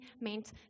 meant